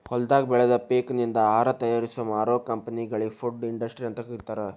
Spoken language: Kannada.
ಹೊಲದಾಗ ಬೆಳದ ಪೇಕನಿಂದ ಆಹಾರ ತಯಾರಿಸಿ ಮಾರೋ ಕಂಪೆನಿಗಳಿ ಫುಡ್ ಇಂಡಸ್ಟ್ರಿ ಅಂತ ಕರೇತಾರ